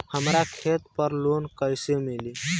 हमरा खेत पर लोन कैसे मिली?